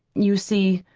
you see,